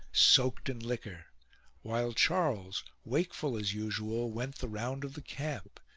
soaked in liquor while charles, wakeful as usual, went the round of the camp,